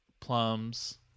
plums